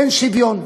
אין שוויון.